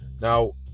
now